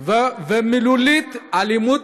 ומאלימות